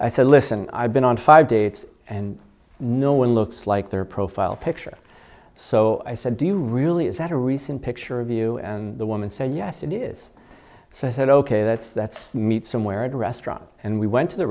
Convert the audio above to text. i said listen i've been on five dates and no one looks like their profile picture so i said do you really is that a recent picture of you and the woman said yes it is so i said ok that's that's meet somewhere at a restaurant and we went to the